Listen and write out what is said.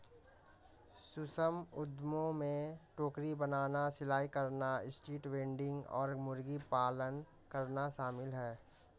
सूक्ष्म उद्यमों में टोकरी बनाना, सिलाई करना, स्ट्रीट वेंडिंग और मुर्गी पालन करना शामिल है